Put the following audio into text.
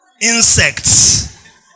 insects